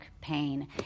pain